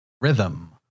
Rhythm